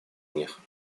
них